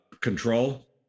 Control